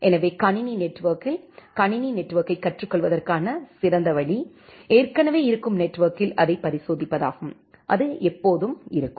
எனவே கணினி நெட்வொர்க்கில் கணினி நெட்வொர்க்கைக் கற்றுக்கொள்வதற்கான சிறந்த வழி ஏற்கனவே இருக்கும் நெட்வொர்க்கில் அதைப் பரிசோதிப்பதாகும் அது எப்போதும் இருக்கும்